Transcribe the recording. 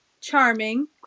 charming